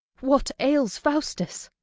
what ails faustus?